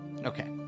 Okay